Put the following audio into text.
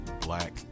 black